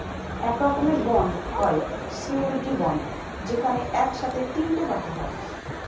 এক রকমের বন্ড হয় সিওরীটি বন্ড যেখানে এক সাথে তিনটে পার্টি হয়